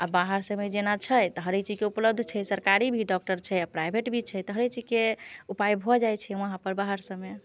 आ बाहर सभमे जेना छै तऽ हरेक चीजके उपलब्ध छै सरकारी भी डॉक्टर छै आ प्राइभेट भी छै तऽ हरेक चीजके उपाय भऽ जाइ छै वहाँ पर बाहर सभमे